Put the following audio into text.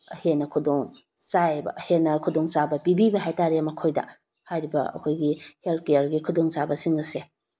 ꯍꯦꯟꯅ ꯈꯨꯗꯣꯡ ꯆꯥꯏꯌꯦꯕ ꯍꯦꯟꯅ ꯈꯨꯗꯣꯡ ꯆꯥꯕ ꯄꯤꯕꯤꯕ ꯍꯥꯏꯇꯔꯦ ꯃꯈꯣꯏꯗ ꯍꯥꯏꯔꯤꯕ ꯑꯩꯈꯣꯏꯒꯤ ꯍꯦꯜꯠ ꯀꯤꯌꯔꯒꯤ ꯈꯨꯗꯣꯡ ꯆꯥꯕꯁꯤꯡ ꯑꯁꯦ